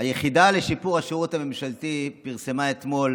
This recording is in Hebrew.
היחידה לשיפור השירות הממשלתי פרסמה אתמול